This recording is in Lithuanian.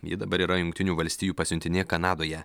ji dabar yra jungtinių valstijų pasiuntinė kanadoje